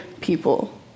people